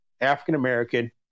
African-American